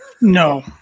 No